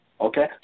okay